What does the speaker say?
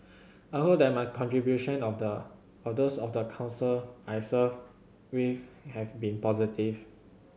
I hope that my contribution of the those of the Council I served with have been positive